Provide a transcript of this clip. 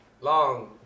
long